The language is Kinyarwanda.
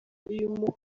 uyu